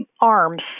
arms